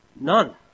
None